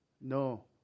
No